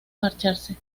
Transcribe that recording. marcharse